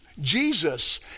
Jesus